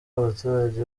abaturage